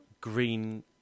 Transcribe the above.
green